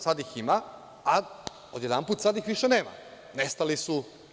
Sad ih ima, a odjedanput sad ih više nema, nestali su.